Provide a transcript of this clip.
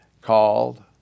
called